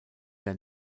der